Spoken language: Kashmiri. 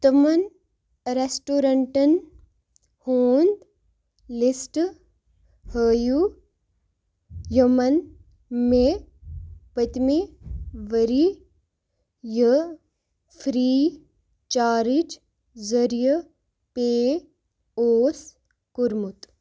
تِمَن رٮ۪سٹورنٛٹَن ہُنٛد لِسٹ ہٲیِو یِمَن مےٚ پٔتۍمہِ ؤری یہِ فِرٛی چارٕج ذٔریہِ پے اوس کوٚرمُت